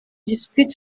discute